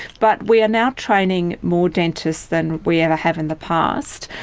but we are now training more dentists than we ever have in the past,